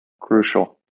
crucial